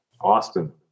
Austin